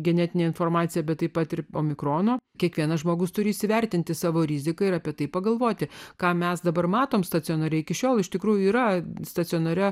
genetinę informaciją bet taip pat ir po mikrono kiekvienas žmogus turi įsivertinti savo riziką ir apie tai pagalvoti ką mes dabar matome stacionare iki šiol iš tikrųjų yra stacionare